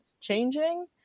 changing